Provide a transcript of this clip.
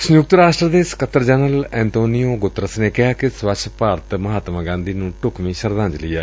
ਸੰਯੁਕਤ ਰਾਸ਼ਟਰ ਦੇ ਸਕੱਤਰ ਜਨਰਲ ਐਂਤੋਨੀਓ ਗੁਤਰਸ ਨੇ ਕਿਹਾ ਕਿ ਸਵੱਛ ਭਾਰਤ ਮਹਾਤਮਾ ਗਾਂਧੀ ਨੂੰ ਢੁਕਵੀਂ ਸ਼ਰਧਾਂਜਲੀ ਏ